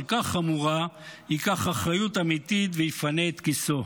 כך חמורה ייקח אחריות אמיתית ויפנה את כיסאו.